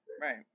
right